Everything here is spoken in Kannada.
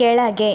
ಕೆಳಗೆ